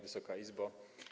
Wysoka Izbo!